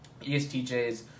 ESTJs